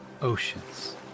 oceans